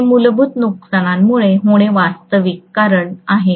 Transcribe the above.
हे मूलभूत नुकसानांमुळे होणारे वास्तविक कारण आहे